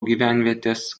gyvenvietės